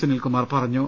സുനിൽകുമാർ പറഞ്ഞു